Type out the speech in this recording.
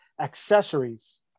Accessories